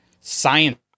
science